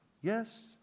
Yes